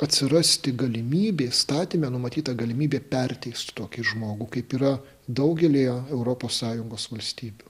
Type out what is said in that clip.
atsirasti galimybė įstatyme numatyta galimybė perteist tokį žmogų kaip yra daugelyje europos sąjungos valstybių